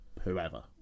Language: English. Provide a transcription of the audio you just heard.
whoever